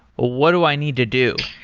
what do i need to do?